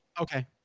Okay